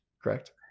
correct